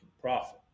profit